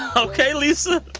ok, lisa.